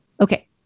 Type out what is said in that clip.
Okay